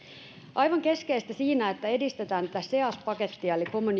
aivan keskeistä siinä on se että edistetään tätä ceas pakettia eli common